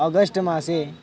August मासे